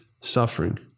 suffering